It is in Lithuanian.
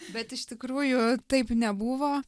bet iš tikrųjų taip nebuvo